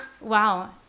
wow